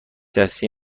دستی